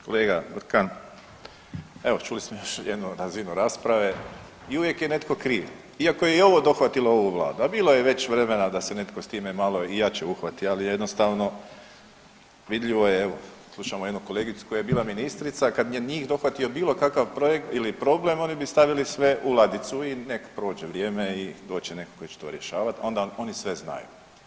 Kolega Brkan, evo čuli smo još jednu razinu rasprave i uvijek je netko kriv iako je i ovo dohvatilo ovu vladu, a bilo je već vremena da se netko s time malo i jače uhvati, ali jednostavno vidljivo je evo slušamo jednu kolegicu koja je bila ministrica kad je njih dohvatio bilo kakav projekt ili problem oni bi stavili sve u ladicu i nek prođe vrijeme i doći će netko koji će to rješavat, onda oni sve znaju.